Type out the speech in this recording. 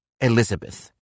Elizabeth